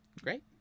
great